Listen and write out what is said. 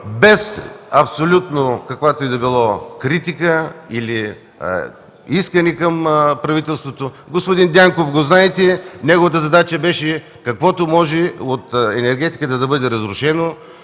без абсолютно каквато и да е критика или искане към правителството. Господин Дянков го знаете, неговата задача беше каквото може от енергетиката да бъде разрушено.